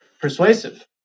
persuasive